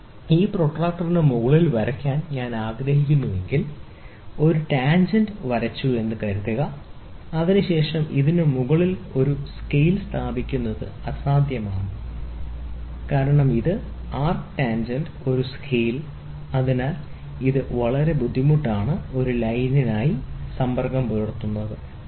ഈ പ്രൊട്ടക്റ്ററിന് മുകളിൽ വരയ്ക്കാൻ ഞാൻ ആഗ്രഹിക്കുന്നുവെങ്കിൽ ഒരു ടാൻജെന്റ് വരയ്ക്കാൻ ഞാൻ ആഗ്രഹിച്ചുവെന്ന് കരുതുക അതിനുശേഷം ഇതിന് മുകളിൽ ഒരു സ്കെയിൽ സ്ഥാപിക്കുന്നത് അസാധ്യമാണ് കാരണം ഇത് ആർക് ടാൻജെന്റ് ഒരു സ്കെയിൽ അതിനാൽ ഇത് വളരെ ബുദ്ധിമുട്ടാണ് ഒരു ലൈനിനായി ആർക്ക് സമ്പർക്കം പുലർത്തുന്നതിന്